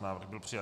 Návrh byl přijat.